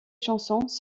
chansons